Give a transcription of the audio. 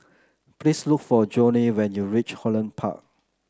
please look for Joni when you reach Holland Park